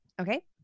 Okay